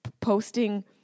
posting